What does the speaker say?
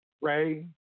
Ray